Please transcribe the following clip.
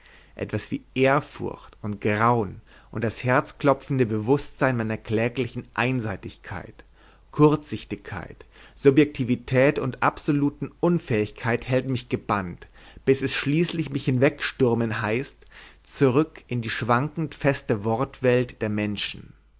etwas wie ehrfurcht und grauen und das herzklopfende bewußtsein meiner kläglichen einseitigkeit kurzsichtigkeit subjektivität und absoluten unfähigkeit hält mich gebannt bis es schließlich mich hinwegstürmen heißt zurück in die schwankend feste wortwelt der menschen